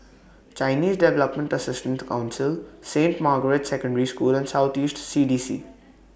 Chinese Development Assistance Council Saint Margaret's Secondary School and South East C D C